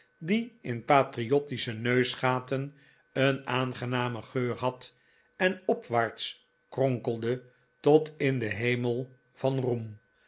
die in patriottische neusgaten een aangenamen geur had en opwaarts kronkelde tot in den hemel van roem